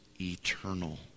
eternal